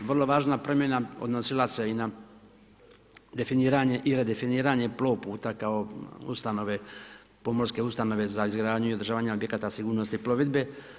Vrlo važna promjena odnosila se i na definiranje i redefiniranje plov puta kao ustanove, pomorske ustanove za izgradnju i održavanje objekata sigurnosti plovidbe.